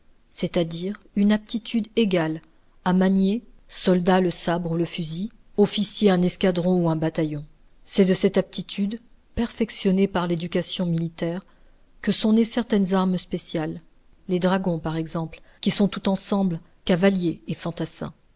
c'est-à-dire une aptitude égale à manier soldat le sabre ou le fusil officier un escadron ou un bataillon c'est de cette aptitude perfectionnée par l'éducation militaire que sont nées certaines armes spéciales les dragons par exemple qui sont tout ensemble cavaliers et fantassins